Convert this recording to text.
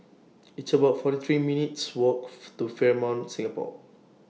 It's about forty three minutes' Walk to Fairmont Singapore